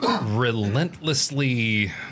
relentlessly